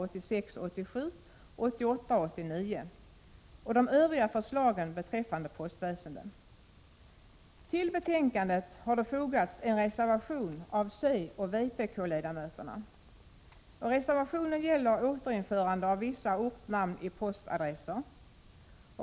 Till betänkandet har det fogats en reservation av coch vpk-ledamöterna. Reservationen gäller återinförande av vissa ortnamn i postadresser.